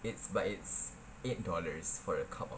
it's but it's eight dollars for a cup of